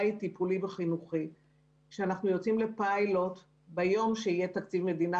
אנחנו יוצאים לפיילוט ביום שיהיה תקציב מדינה.